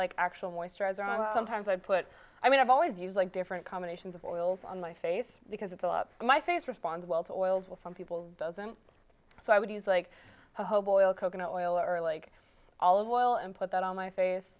on sometimes i put i mean i always use like different combinations of oils on my face because it's a lot my face responds well to oils well some people doesn't so i would use like a hobo oil coconut oil or like all of oil and put that on my face